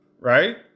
Right